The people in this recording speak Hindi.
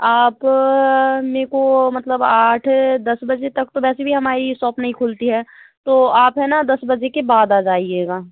आप मेरे को मतलब आठ दस बजे तक तो वैसे भी हमारी सॉप नहीं खुलती है तो आप है न दस बजे के बाद आ जाइएगा